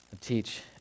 Teach